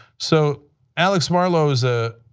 so alex marlow is a